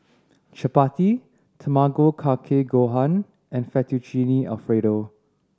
Chapati Tamago Kake Gohan and Fettuccine Alfredo